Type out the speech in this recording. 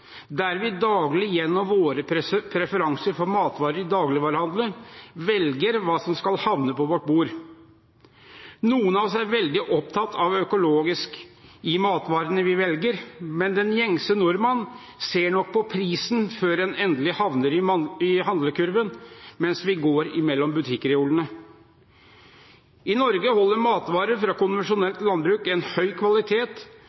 der vi daglig gjennom våre preferanser for matvarer i dagligvarehandelen velger hva som skal havne på vårt bord. Noen av oss er veldig opptatt av økologisk når vi velger matvarene, men den gjengse nordmann ser nok på prisen før matvarene endelig havner i handlekurven, mens vi går mellom butikkreolene. I Norge holder matvarer fra